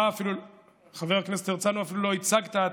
אתה, חבר הכנסת הרצנו, אפילו לא הצגת,